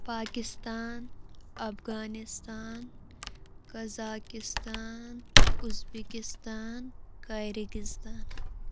Pakistan Afghanistan Kazakhstan Uzbekistan Kyrgyzstan